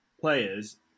players